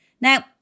Now